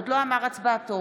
עוד לא אמר הצבעתו.